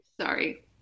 Sorry